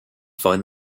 find